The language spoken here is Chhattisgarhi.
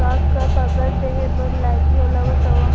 का का कागज देहे बर लागही ओला बतावव?